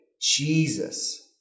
Jesus